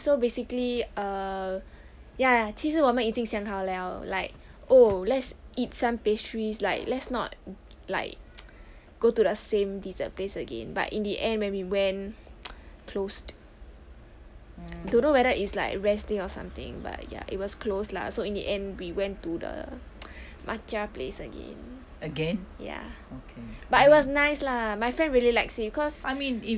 ya so basically err ya 其实我们已经想好了 like oh let's eat some pastries like let's not like go to the same dessert place again but in the end when we went closed I don't know whether it's like rest day or something but ya it was close lah so in the end we went to the matcha place again ya but it was nice lah my friend really likes it cause